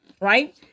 Right